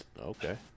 okay